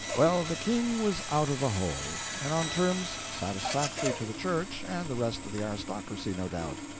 well, the king was out of the hole and on terms satisfactory to the church and the rest of the aristocracy, no doubt.